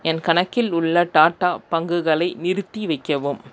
என் கணக்கில் உள்ள டாடா பங்குகளை நிறுத்தி வைக்கவும்